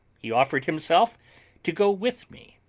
he offered himself to go with me.